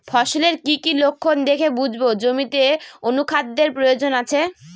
ফসলের কি কি লক্ষণ দেখে বুঝব জমিতে অনুখাদ্যের প্রয়োজন আছে?